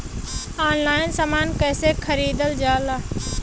Online समान कैसे खरीदल जाला?